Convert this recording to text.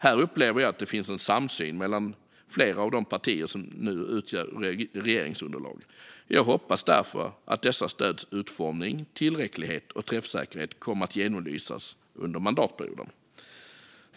Här upplever jag att det finns en samsyn mellan flera av de partier som nu utgör regeringsunderlag, och jag hoppas därför att dessa stöds utformning, tillräcklighet och träffsäkerhet kommer att genomlysas under mandatperioden.